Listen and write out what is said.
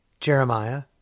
Jeremiah